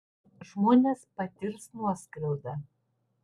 žmonės patirs nuoskriaudą